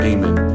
Amen